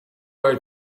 are